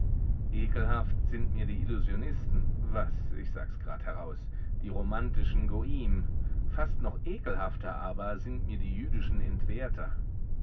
ekelhaft sind mir die illusionisten was ich sag's grad heraus die romantischen goim fast noch ekelhafter aber sind mir die jüdischen entwerter